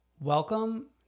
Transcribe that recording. Welcome